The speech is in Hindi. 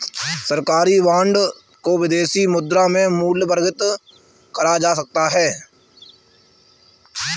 सरकारी बॉन्ड को विदेशी मुद्रा में मूल्यवर्गित करा जा सकता है